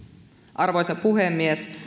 arvoisa puhemies